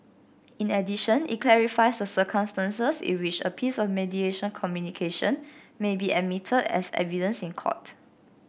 in addition it clarifies the circumstances in which a piece of mediation communication may be admitted as evidence in court